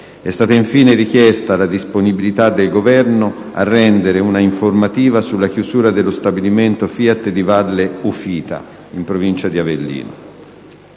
È stata infine richiesta la disponibilità del Governo a rendere un'informativa sulla chiusura dello stabilimento FIAT di Valle Ufita (Avellino).